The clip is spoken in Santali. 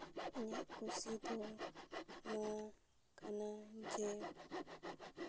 ᱤᱧᱟᱹᱜ ᱠᱩᱥᱤ ᱫᱚ ᱱᱚᱣᱟ ᱠᱟᱱᱟ ᱡᱮ